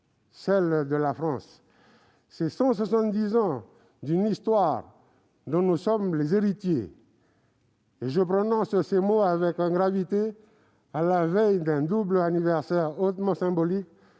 celle de la France. C'est 170 ans d'une histoire dont nous sommes les héritiers. Je prononce ces mots avec gravité, à la veille d'un double anniversaire hautement symbolique,